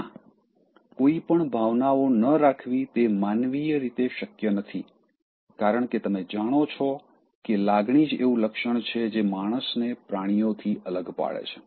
ના કોઈ પણ ભાવનાઓ ન રાખવી તે માનવીય રીતે શક્ય નથી કારણ કે તમે જાણો છો કે લાગણી જ એવું લક્ષણ છે જે માણસોને પ્રાણીઓથી અલગ પાડે છે